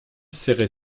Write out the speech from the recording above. serrait